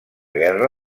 guerra